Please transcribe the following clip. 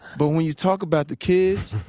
but when you talk about the kids,